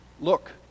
look